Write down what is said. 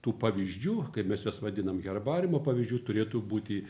tų pavyzdžių kaip mes juos vadinam herbariumo pavyzdžių turėtų būti